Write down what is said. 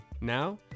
Now